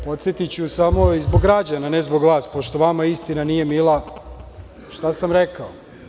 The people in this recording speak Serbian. Podsetiću samo i zbog građana, ne zbog vas, pošto vama istina nije mila, šta sam rekao.